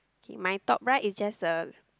okay my top right is just a